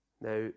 Now